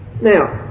Now